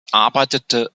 arbeitete